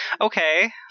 Okay